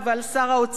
בייגה שוחט,